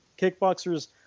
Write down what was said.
Kickboxers